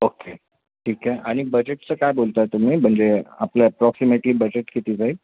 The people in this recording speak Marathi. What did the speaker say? ओके ठीक आहे आणि बजेटचं काय बोलता आहे तुम्ही म्हणजे आपलं अप्रॉक्सिमेटली बजेट कितीचं आहे